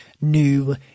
new